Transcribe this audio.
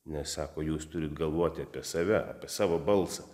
nes sako jūs turit galvoti apie save savo balsą